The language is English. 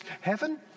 heaven